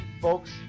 folks